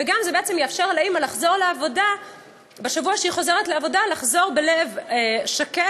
וזה גם יאפשר לאימא לחזור לעבודה בלב שקט.